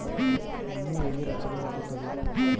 ಮಣ್ಣು ಹೇಗೆ ರಚನೆ ಆಗುತ್ತದೆ?